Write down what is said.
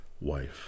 Wife